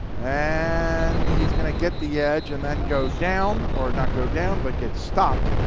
and he's going to get the edge and then go down, or not go down, but get stopped